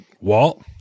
Walt